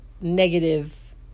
negative